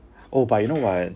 oh but you know what